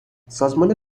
سازمان